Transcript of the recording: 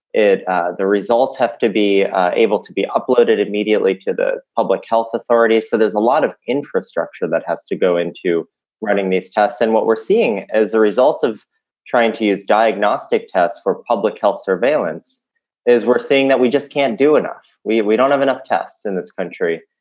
it ah the results have to be able to be uploaded immediately to the public health authorities. so there's a lot of infrastructure that has to go into running these tests. and what we're seeing as a result of trying to use diagnostic tests for public health surveillance is we're seeing that we just can't do enough we we don't have enough tests in this country.